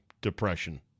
depression